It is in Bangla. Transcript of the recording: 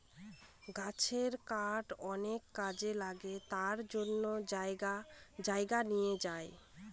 গাছের কাঠ অনেক কাজে লাগে তার জন্য জায়গায় জায়গায় নিয়ে যায়